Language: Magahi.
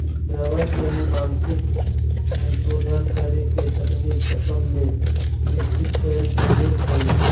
रबर के आनुवंशिक संशोधन करे के तकनीक असम में विकसित कैल गेले हई